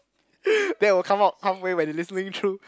that would come out halfway when you listening through